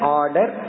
order